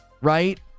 right